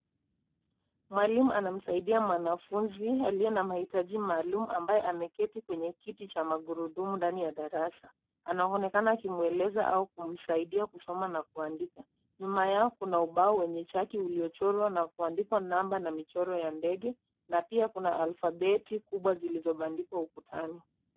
Mwalimu anamsaidia mwanafunzi aliye na mahitaji maalum ambaye ameketi kwenye kiti cha magurudumu ndani ya darasa. Anaonekana akimweleza au kumsaidia kusoma na kuandika. Nyuma yao kuna ubao wenye chaki uliochorwa na kuandikwa namba na michoro ya ndege, na pia kuna alfabeti kubwa zilizobandikwa ukutani.